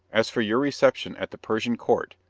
as for your reception at the persian court,